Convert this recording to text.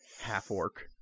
half-orc